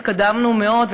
התקדמנו מאוד,